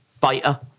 fighter